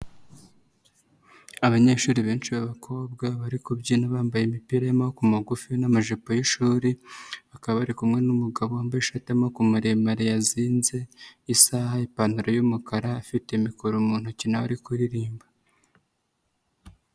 Abanyeshuri benshi b'abakobwa bari kubyina bambaye imipira y'amaboko magufi n'amajipo y'ishuri, bakaba bari kumwe n'umugabo wambaye ishati y'amaboko maremare yazinze, isaha, ipantaro y'umukara, afite mikoro mu ntoki na we ari kuririmba.